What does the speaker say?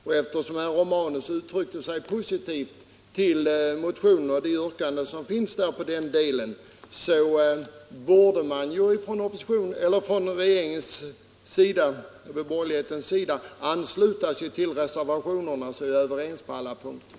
Och eftersom herr Romanus uttryckte sig positivt om de yrkanden som finns i den delen så borde man ju ifrån regeringens och borgerlighetens sida ansluta sig till reservationerna, så att vi blev överens på alla punkter.